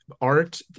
art